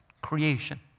Creation